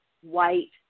white